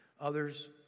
Others